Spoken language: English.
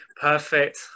perfect